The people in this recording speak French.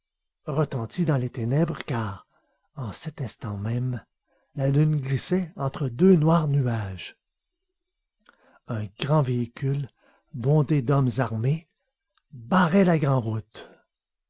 retentit dans les ténèbres car en cet instant même la lune glissait entre deux noirs nuages un grand véhicule bondé d'hommes armés barrait la